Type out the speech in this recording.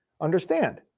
Understand